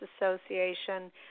Association